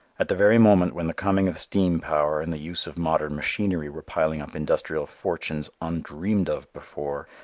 at the very moment when the coming of steam power and the use of modern machinery were piling up industrial fortunes undreamed of before,